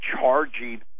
charging